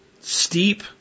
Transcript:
steep